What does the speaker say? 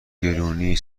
گرونی